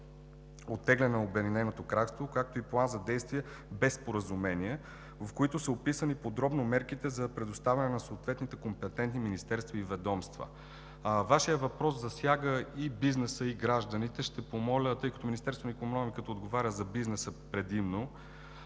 оттегляне на Обединеното кралство, както и План за действие без споразумение, в които са описани подробно предоставяните мерки на съответните компетентни министерства и ведомства. Вашият въпрос засяга и бизнеса, и гражданите. Ще помоля – тъй като Министерството на икономиката отговаря предимно